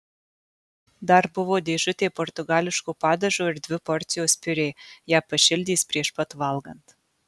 dar buvo dėžutė portugališko padažo ir dvi porcijos piurė ją pašildys prieš pat valgant